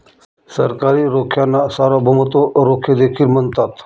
सरकारी रोख्यांना सार्वभौमत्व रोखे देखील म्हणतात